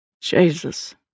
Jesus